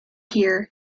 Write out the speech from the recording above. here